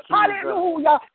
Hallelujah